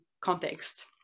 context